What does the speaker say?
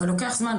אבל לוקח זמן.